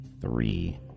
three